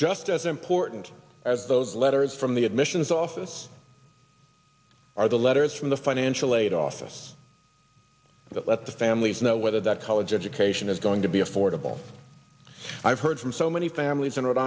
just as important as those letters from the admissions office are the letters from the financial aid office that let the families know whether that college education is going to be affordable i've heard from so many families in rhode